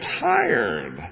tired